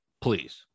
please